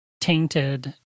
tainted